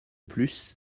plus